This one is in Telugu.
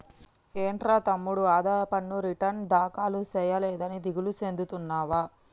ఏంట్రా తమ్ముడు ఆదాయ పన్ను రిటర్న్ దాఖలు సేయలేదని దిగులు సెందుతున్నావా